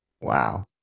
Wow